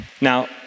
now